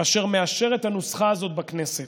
אשר מאשר את הנוסחה הזאת בכנסת,